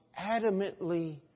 adamantly